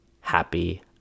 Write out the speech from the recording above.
happy